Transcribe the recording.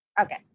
okay